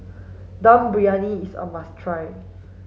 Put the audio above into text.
Dum Briyani is a must try